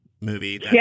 movie